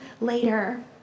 later